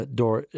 door